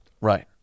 Right